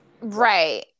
Right